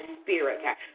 spirit